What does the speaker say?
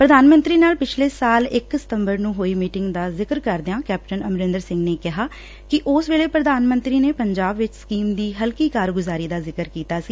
ਪ੍ਰਧਾਨ ਮੰਤਰੀ ਨਾਲ ਪਿਛਲੇ ਸਾਲ ਇਕ ਸਤੰਬਰ ਨੂੰ ਹੋਈ ਮੀਟਿੰਗ ਦਾ ਜ਼ਿਕਰ ਕਰਦਿਆਂ ਕੈਪਟਨ ਅਮਰਿੰਦਰ ਸਿੰਘ ਨੇ ਕਿਹਾ ਕਿ ਉਸ ਵੇਲੇ ਪ੍ਰਧਾਨ ਮੰਤਰੀ ਨੇ ਪੰਜਾਬ ਵਿੱਚ ਸਕੀਮ ਦੀ ਹਲਕੀ ਕਾਰਗੁਜਾਰੀ ਦਾ ਜ਼ਿਕਰ ਕੀਤਾ ਸੀ